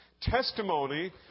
testimony